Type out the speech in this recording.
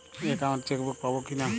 Account chequebook পাবো কি না?